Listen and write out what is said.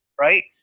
right